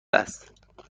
است